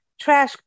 trash